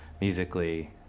musically